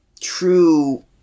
true